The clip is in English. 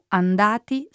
andati